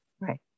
right